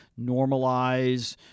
normalize